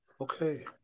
Okay